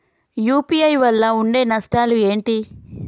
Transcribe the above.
UPI వల్ల ఉండే నష్టాలు ఏంటి??